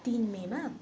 तिन मेमा